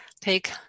take